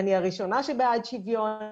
אני הראשונה שבעד שוויון,